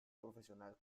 profesional